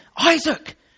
Isaac